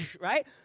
right